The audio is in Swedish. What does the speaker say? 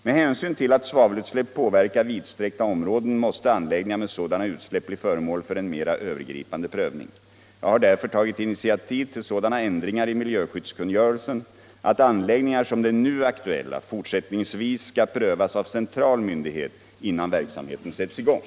Med hänsyn till att svavelutsläpp påverkar vidsträckta områden måste anläggningar med sådana utsläpp bli föremål för cen mera övergripande prövning. Jag har därför tagit initiativ till sådana ändringar i miljöskyddskungörelsen att anläggningar som den nu aktuclla fortsättningsvis skall prövas av central myndighet innan verksamheten sitts i gång.